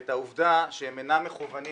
ואת העובדה שהם אינם מוכוונים